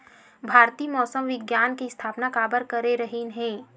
भारती मौसम विज्ञान के स्थापना काबर करे रहीन है?